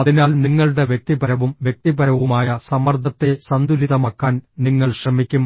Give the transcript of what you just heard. അതിനാൽ നിങ്ങളുടെ വ്യക്തിപരവും വ്യക്തിപരവുമായ സമ്മർദ്ദത്തെ സന്തുലിതമാക്കാൻ നിങ്ങൾ ശ്രമിക്കും